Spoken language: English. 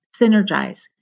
synergize